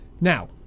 Now